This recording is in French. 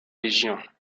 légions